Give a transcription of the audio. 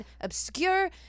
obscure